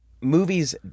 movies